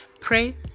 pray